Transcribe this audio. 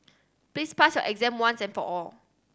please pass your exam once and for all